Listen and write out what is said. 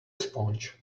sponge